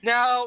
Now